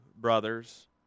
brothers